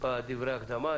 בדברי ההקדמה.